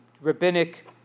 rabbinic